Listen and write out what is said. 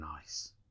nice